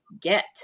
get